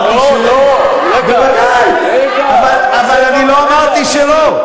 לא, לא בוודאי, רגע, אבל אני לא אמרתי שלא.